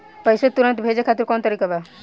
पैसे तुरंत भेजे खातिर कौन तरीका बा?